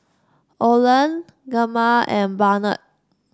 Oland Gemma and Barnett